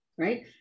Right